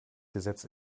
gesetz